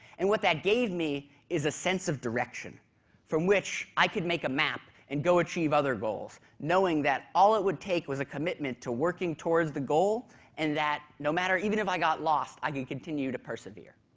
and what that gave me is a sense of direction from which i could make a map and go achieve other goals, knowing that all it would take was a commitment to working towards the goal and that no matter even if i got lost i can continue to persevere.